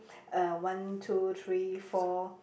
uh one two three four